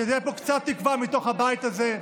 שתהיה פה קצת תקווה מתוך הבית הזה.